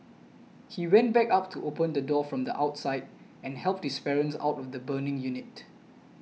he went back up to open the door from the outside and helped his parents out of the burning unit